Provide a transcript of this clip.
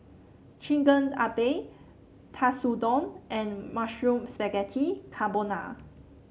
Chigenabe Katsudon and Mushroom Spaghetti Carbonara